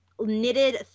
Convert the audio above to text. knitted